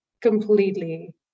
completely